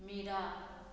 मिरा